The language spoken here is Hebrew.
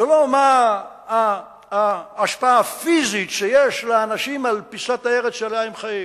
זה לא מה ההשפעה הפיזית שיש לאנשים על פיסת הארץ שעליה הם חיים,